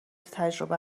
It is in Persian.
تجربه